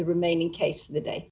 the remaining case the day